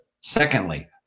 Secondly